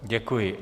Děkuji.